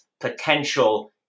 potential